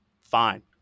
fine